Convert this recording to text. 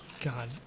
God